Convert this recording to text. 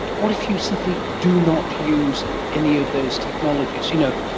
what if you simply do not use any of those technologies? you know,